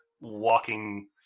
walking